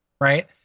Right